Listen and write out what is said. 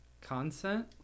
Consent